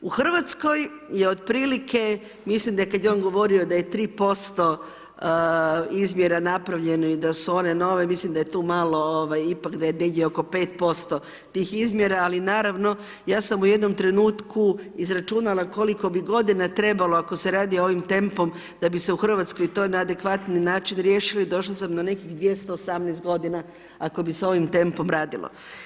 U Hrvatskoj je otprilike mislim kada je on govorio da je 3% izmjera napravljeno i da su one nove, mislim da je tu malo ipak da je negdje oko 5% tih izmjera, ali ja sam u jednom trenutku izračunala koliko bi godina trebalo ako se radi ovim tempom, da bi se u Hrvatskoj to na adekvatni način riješili došla sam na nekih 218 godina ako bi se ovim tempom radilo.